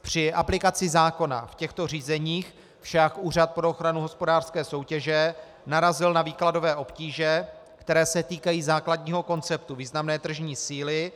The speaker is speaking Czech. Při aplikaci zákona v těchto řízeních však Úřad pro ochranu hospodářské soutěže narazil na výkladové obtíže, které se týkají základního konceptu významné tržní síly.